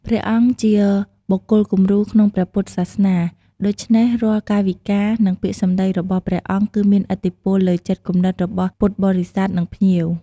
សម្របសម្រួលកិច្ចការសាសនា ក្នុងពិធីបុណ្យធំៗ ព្រះសង្ឃជាអ្នកសម្របសម្រួលកិច្ចការសាសនា និងដឹកនាំការបួងសួង ឬពិធីផ្សេងៗ។